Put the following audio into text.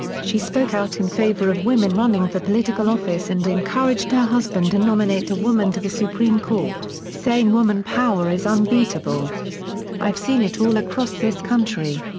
she spoke out in favor of women running for political office and encouraged her husband to nominate a woman to the supreme court, saying woman power is unbeatable i've seen it all across this country.